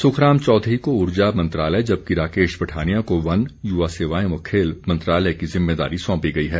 सुखराम चौधरी को ऊर्जा मंत्रालय जबकि राकेश पठानिया को वन युवा सेवाएं व खेल मंत्रालय की जिम्मेवारी सौंपी गई है